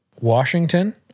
Washington